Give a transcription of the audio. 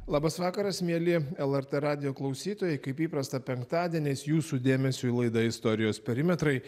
labas vakaras mieli lrt radijo klausytojai kaip įprasta penktadieniais jūsų dėmesiui laida istorijos perimetrai